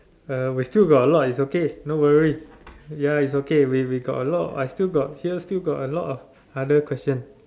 uh we still got a lot it's okay don't worry ya it's okay we we got a lot I still got here still got a lot of other questions